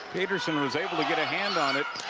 petersen was able to get a hand on it.